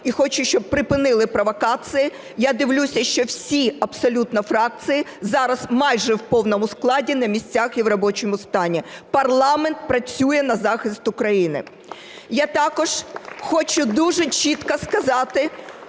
і хочу, щоб припинили провокації. Я дивлюся, що всі абсолютно фракції зараз майже в повному складі на місцях і в робочому стані. Парламент працює на захист України. Я також хочу дуже чітко сказати,